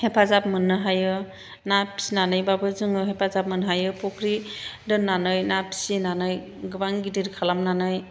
हेफाजाब मोननो हायो ना फिसिनानैबाबो जोङो हेफाजाब मोननो हायो फुख्रि दोन्नानै ना फिसिनानै गोबां गिदिर खालामनानै